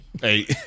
Hey